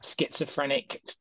schizophrenic